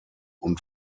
und